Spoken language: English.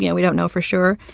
you know we don't know for sure.